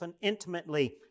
intimately